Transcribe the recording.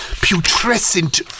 putrescent